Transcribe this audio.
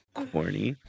corny